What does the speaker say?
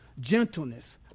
gentleness